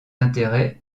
intérêts